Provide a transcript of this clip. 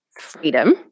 Freedom